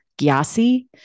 Gyasi